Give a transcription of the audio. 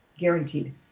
guaranteed